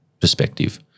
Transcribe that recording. perspective